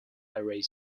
array